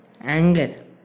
anger